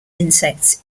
insects